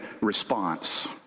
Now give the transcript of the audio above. response